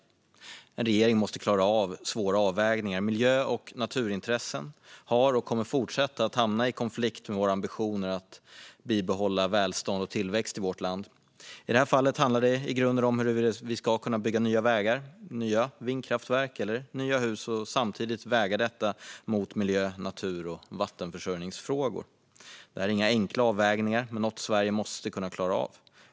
En regering måste klara av svåra avvägningar. Miljö och naturintressen har hamnat, och kommer att fortsätta att hamna, i konflikt med våra ambitioner att bibehålla välstånd och tillväxt i vårt land. I det här fallet handlar det i grunden om huruvida vi ska kunna bygga nya vägar, nya vindkraftverk och nya hus och samtidigt väga detta mot miljö, natur och vattenförsörjning. Det här är inga enkla avvägningar men något som Sverige måste kunna klara av.